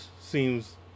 seems